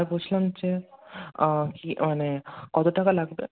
আর বলছিলাম যে কী মানে কত টাকা লাগবে